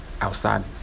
outside